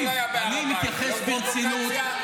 ואחיותינו החטופים.